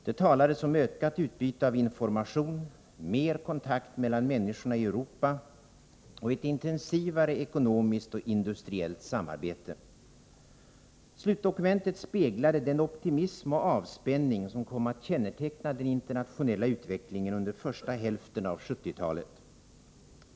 Det talades där om ökat utbyte av information, mer kontakt mellan människorna i Europa och ett intensivare ekonomiskt och industriellt samarbete. Slutdokumentet speglade den optimism och avspänning som kom att känneteckna den internationella utvecklingen under första hälften av 1970-talet.